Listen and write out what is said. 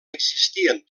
existien